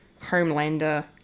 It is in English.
Homelander